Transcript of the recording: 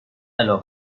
علاقه